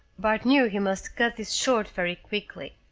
bart knew he must cut this short very quickly.